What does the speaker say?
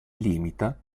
limita